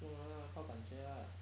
不用的啦靠感觉 lah